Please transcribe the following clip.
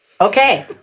Okay